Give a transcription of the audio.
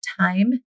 time